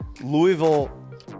Louisville